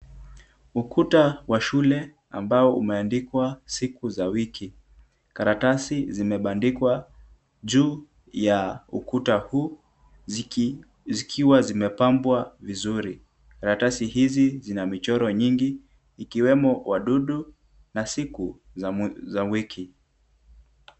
Ukuta wa shule ambao umeandikwa siku za wiki. Karatasi zimebandikwa juu ya ukuta huu ziki, zikiwa zimepambwa vizuri. Karatasi hizi zina michoro nyingi ikiwemo wadudu, na siku za mwi, za wiki.